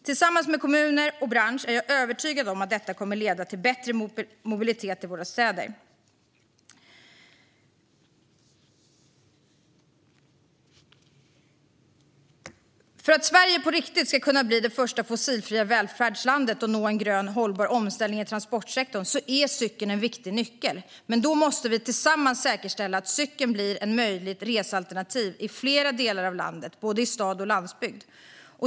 Tillsammans med kommuner och bransch är jag övertygad om att detta kommer att leda till bättre mobilitet i våra städer. För att Sverige på riktigt ska kunna bli det första fossilfria välfärdslandet och nå en grön hållbar omställning i transportsektorn är cykeln en viktig nyckel, men då måste vi tillsammans säkerställa att cykel blir ett möjligt resealternativ i fler delar av landet, både i stad och på landsbygd.